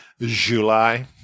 July